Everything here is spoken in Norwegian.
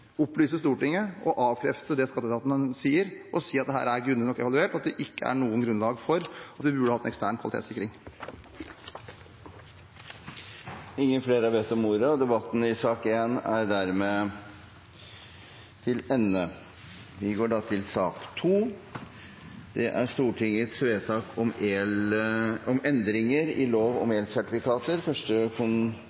opplyse Stortinget og avkrefte det skatteetaten sier, og si at dette er grundig nok evaluert, og at det ikke er noe grunnlag for at vi burde hatt en ekstern kvalitetssikring? Flere har ikke bedt om ordet til sak nr. 1. Jeg har en anmerkning. Ved første gangs behandling skulle det vedtatte anmodningsforslaget fra Kristelig Folkeparti og Venstre vært fremmet i